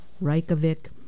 Reykjavik